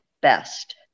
best